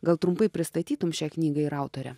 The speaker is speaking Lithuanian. gal trumpai pristatytum šią knygą ir autorę